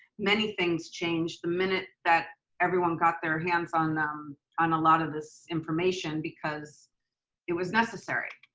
many things changed the minute that everyone got their hands on them on a lot of this information because it was necessary.